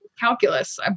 calculus